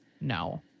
No